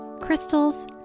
crystals